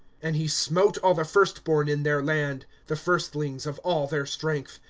and he smote all the first-born in their land. the firstlings of all their strength.